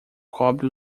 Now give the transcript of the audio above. cobre